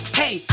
hey